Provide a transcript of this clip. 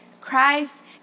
Christ